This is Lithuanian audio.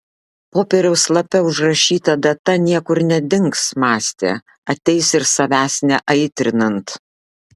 popieriaus lape užrašyta data niekur nedings mąstė ateis ir savęs neaitrinant